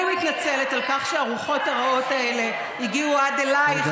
אני מתנצלת על כך שהרוחות הרעות האלה הגיעו עד אלייך,